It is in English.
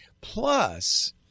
Plus